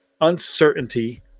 uncertainty